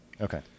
Okay